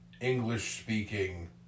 English-speaking